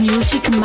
Music